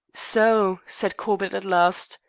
so, said corbett at last,